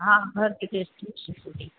હા ઘરથી ડેસ્ટિનેશન સુધી